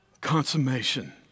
consummation